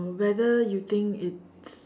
whether you think it's